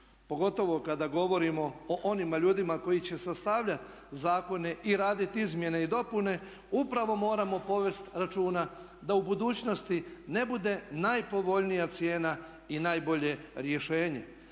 pogotovo kada govorimo o onima ljudima koji će sastavljati zakone i raditi izmjene i dopune upravo moramo povesti računa da u budućnosti ne bude najpovoljnija cijena i najbolje rješenje.